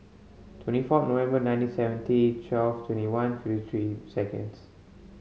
twenty four November nineteen seventy twelve twenty one fifty three seconds